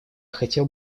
хотел